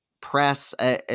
press